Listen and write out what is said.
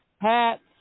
hats